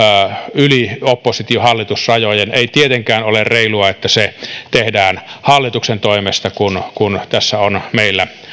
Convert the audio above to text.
yli oppositio hallitus rajojen ei tietenkään ole reilua että se tehdään hallituksen toimesta kun kun tässä on meillä